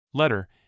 Letter